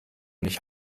nicht